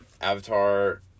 Avatar